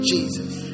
Jesus